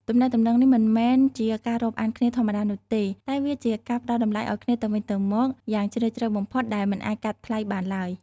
ទំនាក់ទំនងនេះមិនមែនជាការរាប់អានគ្នាធម្មតានោះទេ តែវាជាការផ្តល់តម្លៃឲ្យគ្នាទៅវិញទៅមកយ៉ាងជ្រាលជ្រៅបំផុតដែលមិនអាចកាត់ថ្លៃបានឡើយ។